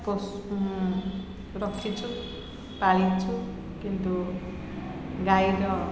ପଶୁ ରଖିଛୁ ପାଳିଛୁ କିନ୍ତୁ ଗାଈର